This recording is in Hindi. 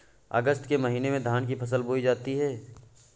अगस्त के महीने में धान की फसल बोई जाती हैं